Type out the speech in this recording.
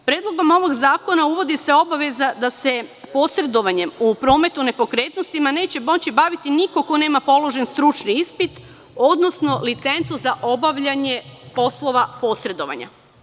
Predlogom ovog zakona uvodi se obaveza da se posredovanjem u prometu nepokretnostima neće moći baviti niko ko nema položen stručni ispit, odnosno licencu za obavljanje poslova posredovanja.